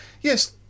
Yes